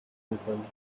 میکنی